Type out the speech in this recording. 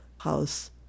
house